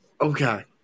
Okay